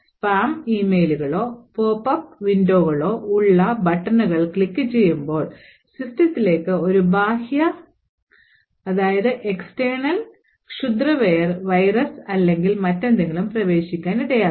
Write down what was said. spam ഇമെയിലുകളിലോ pop up വിൻഡോകളിലോ ഉള്ള ബട്ടണുകൾ ക്ലിക്കു ചെയ്യുമ്പോൾ സിസ്റ്റത്തിലേക്ക് ഒരു ബാഹ്യ ക്ഷുദ്രവെയർ വൈറസ് അല്ലെങ്കിൽ മറ്റെന്തെങ്കിലും പ്രവേശിക്കാൻ ഇടയാകും